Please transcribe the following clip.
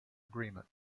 agreement